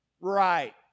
Right